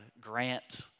grant